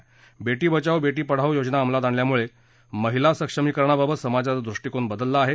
बेटी बचाओ बेटी पढाओ योजना अंमलात आणल्यामुळे महिला सक्षमीकरणाबाबत समाजाचा दृष्टिकोन बदलला आहे